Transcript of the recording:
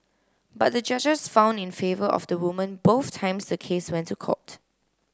but the judges found in favour of the woman both times the case went to court